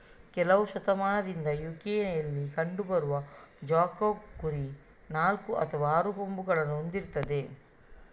ಕೆಲವು ಶತಮಾನದಿಂದ ಯು.ಕೆಯಲ್ಲಿ ಕಂಡು ಬರುವ ಜಾಕೋಬ್ ಕುರಿ ನಾಲ್ಕು ಅಥವಾ ಆರು ಕೊಂಬುಗಳನ್ನ ಹೊಂದಿರ್ತದೆ